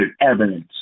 evidence